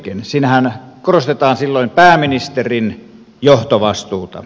siinähän korostetaan silloin pääministerin johtovastuuta